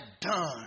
done